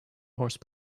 horse